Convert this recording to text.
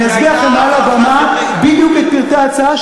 אני אסביר לכם מעל הבמה בדיוק את פרטי ההצעה,